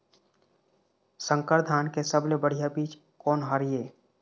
संकर धान के सबले बढ़िया बीज कोन हर ये?